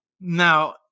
Now